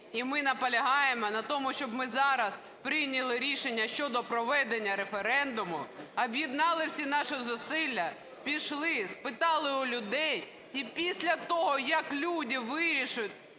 І ми наполягаємо на тому, щоб ми зараз прийняли рішення щодо проведення референдуму, об'єднали всі наші зусилля, пішли, спитали у людей. І після того, як люди вирішать,